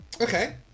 Okay